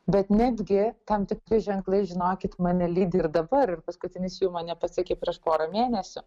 bet netgi tam tikri ženklai žinokit mane lydi ir dabar ir paskutinis jau mane pasiekė prieš porą mėnesių